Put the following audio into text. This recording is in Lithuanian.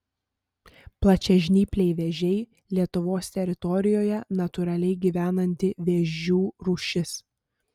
plačiažnypliai vėžiai lietuvos teritorijoje natūraliai gyvenanti vėžių rūšis